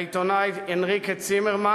לעיתונאי הנריקה צימרמן,